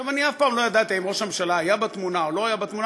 אני אף פעם לא ידעתי אם ראש הממשלה היה בתמונה או לא היה בתמונה.